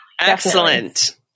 Excellent